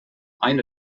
eine